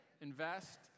invest